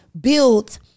built